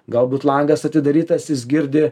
galbūt langas atidarytas jis girdi